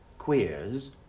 queers